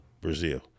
Brazil